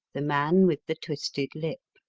the man with the twisted lip